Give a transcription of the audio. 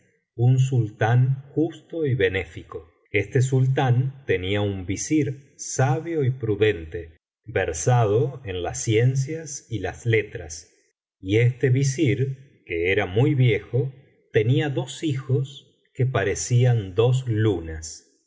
sultán justo y benéfico este sultán tenía un visir sabio y prudente versado en las ciencias y las letras y este visir que era muy viejo tenía dos hijos que parecían dos lunas